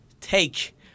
take